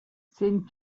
saint